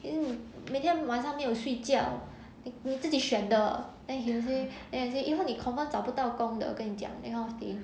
then 你每天晚上没有睡觉你自己选的 then he will say then he say 以后你 confirm 找不到工我的跟你讲 that kind of thing